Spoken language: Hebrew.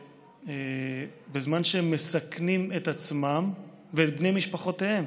ובזמן שהם מסכנים את עצמם ואת בני משפחותיהם